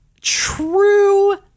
true